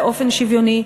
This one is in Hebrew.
באופן שוויוני,